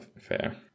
fair